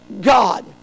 God